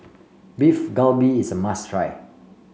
Beef Galbi is a must try